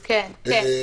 כן, כן.